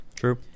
true